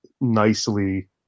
nicely